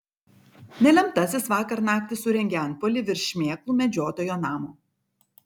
nelemtasis vakar naktį surengė antpuolį virš šmėklų medžiotojo namo